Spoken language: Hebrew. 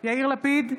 יאיר לפיד,